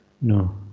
no